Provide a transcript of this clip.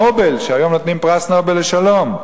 נובל, והיום נותנים פרס נובל לשלום,